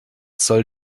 soll